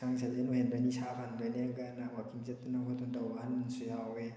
ꯍꯛꯆꯥꯡ ꯁꯥꯖꯦꯟ ꯑꯣꯏꯍꯟꯗꯣꯏꯅꯤ ꯏꯁꯥ ꯐꯍꯟꯗꯣꯏꯅꯦꯒꯅ ꯋꯥꯛꯀꯤꯡ ꯆꯠꯇꯅ ꯈꯣꯠꯇꯅ ꯇꯧꯕ ꯑꯩꯍꯟꯁꯨ ꯌꯥꯎꯋꯦ